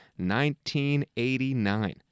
1989